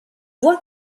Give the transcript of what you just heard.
vois